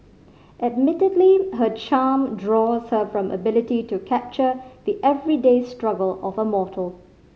admittedly her charm draws her from ability to capture the everyday struggle of a mortal